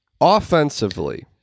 offensively